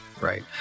Right